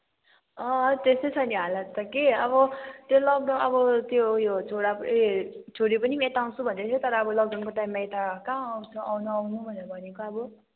अँ त्यस्तै छ नि हालत त के अब त्यो लकडाउन अब त्यो उयो छोरा ए छोरी पनि यता आउँछु भन्दै थियो तर अब लकडाउनको टाइममा यता कहाँ आउँछ नआउनु भनेर भनेको अब